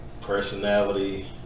personality